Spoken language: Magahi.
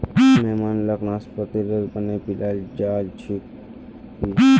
मेहमान लाक नाशपातीर रस बनइ पीला छिकि